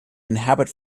inhabit